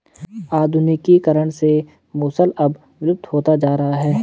आधुनिकीकरण से मूसल अब विलुप्त होता जा रहा है